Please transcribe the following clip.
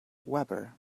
weber